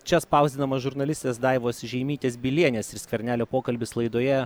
čia spausdinamas žurnalistės daivos žeimytės bilienės ir skvernelio pokalbis laidoje